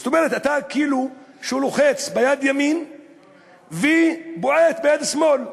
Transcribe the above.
זאת אומרת, כאילו לוחץ ביד ימין ובועט ביד שמאל,